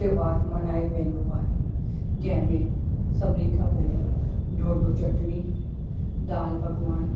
तोहार मल्हायो वेंदो आहे जंहिंमें सभिनीनि खां पहिरीं ॾोॾो चटणी दालि पकवान